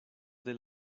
del